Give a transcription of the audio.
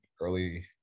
early